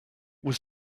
was